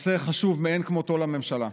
הנושא חשוב מאין כמותו לממשלה.